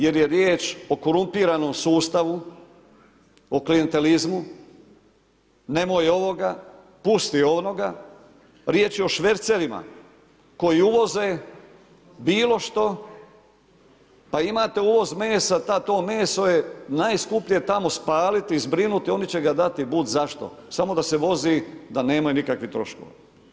Jer je riječ o korumpiranom sustavu, o klijentelizmu, nemoj ovoga, pusti onoga, riječ je o švercerima koji uvoze bilo što pa imate uvoz mesa ta to meso je najskuplje tamo spaliti, zbrinuti oni će ga dati budzašto samo da se vozi da nemaju nikakvih troškova.